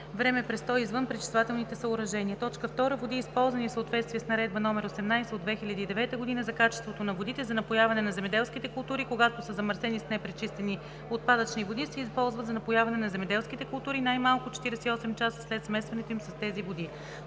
времепрестой извън пречиствателните съоръжения; 2. води, използвани в съответствие с Наредба № 18 от 2009 г. за качеството на водите за напояване на земеделските култури, когато са замърсени с непречистени отпадъчни води, се използват за напояване на земеделските култури най-малко 48 часа след смесването им с тези води.“